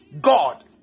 God